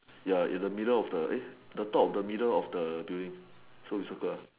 ya in the middle of the eh the top of the middle of the building so you circle